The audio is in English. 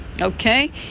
okay